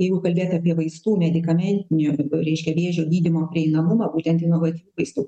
jeigu kalbėt apie vaistų medikamentinių reiškia vėžio gydymo prieinamumą būtent inovatyvių vaistų